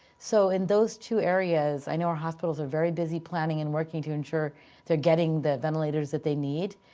so in those two areas, i know our hospitals are very busy planning and working to ensure they're getting the ventilators that they need.